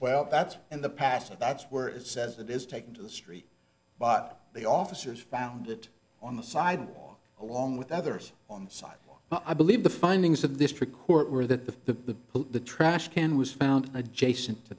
well that's in the past that's where it says it is taken to the street by the officers found it on the sidewalk along with others on the side i believe the findings of this trick were that the the trash can was found adjacent to